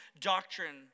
doctrine